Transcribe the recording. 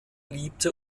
liebte